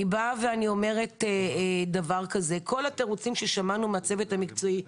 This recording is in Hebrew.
אני באה ואומרת: כל התירוצים ששמענו מהצוות המקצועי,